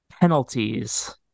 penalties